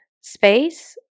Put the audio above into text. Space